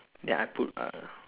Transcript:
then I put uh